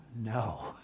no